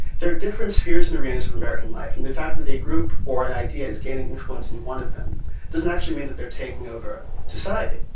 there are different spheres and arenas of american life. and the fact that a group or an idea is gaining influence and one of them doesn't actually mean that they're taking over society.